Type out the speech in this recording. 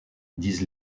disent